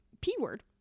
p-word